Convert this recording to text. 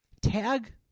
Tag